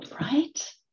Right